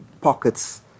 pockets